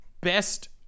Best